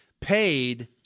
paid